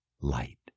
light